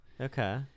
Okay